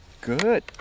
Good